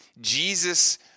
Jesus